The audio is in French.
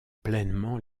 pleinement